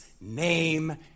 name